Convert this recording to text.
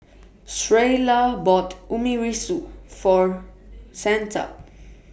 Sheyla bought Omurice For Santa